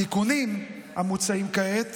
התיקונים המוצעים כעת